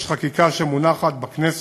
יש חקיקה שמונחת בכנסת,